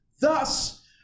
Thus